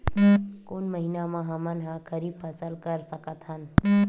कोन महिना म हमन ह खरीफ फसल कर सकत हन?